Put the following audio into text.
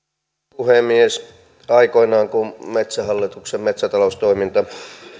puhemies aikoinaan kun metsähallituksen metsätaloustoiminta